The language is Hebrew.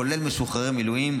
כולל משוחררי מילואים,